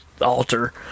altar